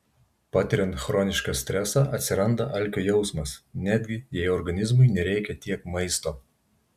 patiriant chronišką stresą atsiranda alkio jausmas netgi jei organizmui nereikia tiek maisto